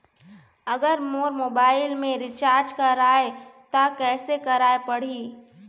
अगर मोर मोबाइल मे रिचार्ज कराए त कैसे कराए पड़ही?